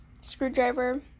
screwdriver